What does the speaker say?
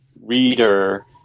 reader